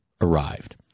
arrived